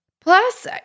Plus